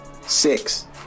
Six